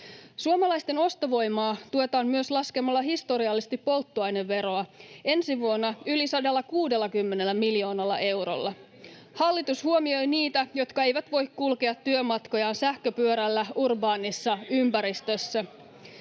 Suomalaisten ostovoimaa tuetaan myös laskemalla historiallisesti polttoaineveroa — ensi vuonna yli 160 miljoonalla eurolla. Hallitus huomioi niitä, jotka eivät voi kulkea työmatkojaan sähköpyörällä urbaanissa ympäristössä.